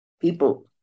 People